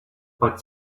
but